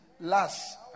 last